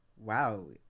Wow